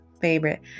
favorite